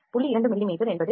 2 மிமீ என்பது இங்கே pitch